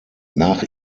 nach